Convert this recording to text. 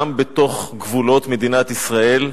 גם בתוך גבולות מדינת ישראל,